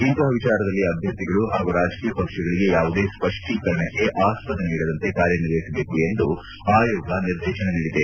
ಇಂತಹ ವಿಚಾರದಲ್ಲಿ ಅಭ್ವರ್ಥಿಗಳು ಹಾಗೂ ರಾಜಕೀಯ ಪಕ್ಷಗಳಿಗೆ ಯಾವುದೇ ಸ್ಪಷ್ಟೀಕರಣಕ್ಕೆ ಆಸ್ಪದ ನೀಡದಂತೆ ಕಾರ್ಯನಿರ್ವಹಿಸಬೇಕು ಎಂದು ಆಯೋಗ ನಿರ್ದೇಶನ ನೀಡಿದೆ